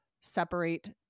separate